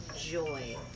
joy